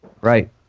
Right